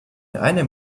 einem